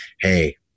Hey